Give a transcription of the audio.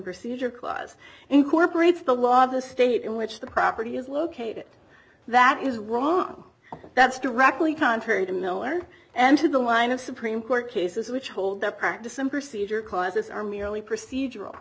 procedure clause incorporates the law the state in which the property is located that is wrong that's directly contrary to miller and to the line of supreme court cases which hold up to some procedure clauses are merely procedural